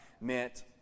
meant